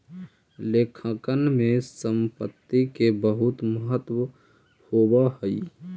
लेखांकन में संपत्ति के बहुत महत्व होवऽ हइ